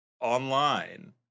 online